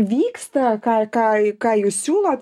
vyksta ką ką ką jūs siūlot